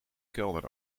kelder